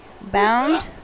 bound